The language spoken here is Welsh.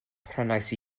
prynais